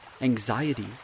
anxiety